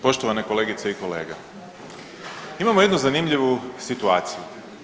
Poštovane kolegice i kolege, imamo jednu zanimljivu situaciju.